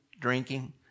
drinking